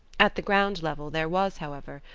at the ground level there was, however,